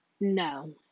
no